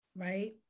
right